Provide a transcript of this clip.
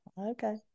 Okay